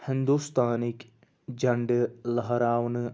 ہِندوستانٕکۍ جَنڈٕ لہراونہٕ